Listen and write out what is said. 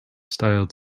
styled